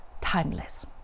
timeless